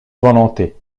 volonté